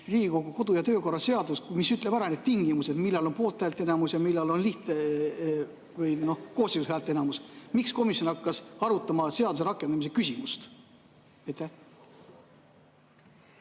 Riigikogu kodu‑ ja töökorra seadus, mis ütleb ära need tingimused, millal on poolthäälte enamus ja millal on lihtne või koosseisu häälteenamus. Miks komisjon hakkas arutama seaduse rakendamise küsimust?